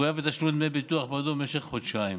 מחויב בתשלום דמי ביטוח בעדו במשך חודשיים,